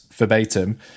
verbatim